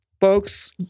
folks